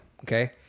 okay